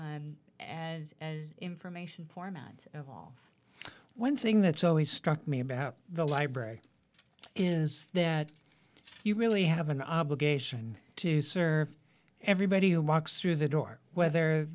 as information format of all one thing that's always struck me about the library is that you really have an obligation to serve everybody who walks through the door whether